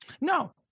No